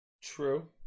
True